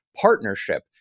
partnership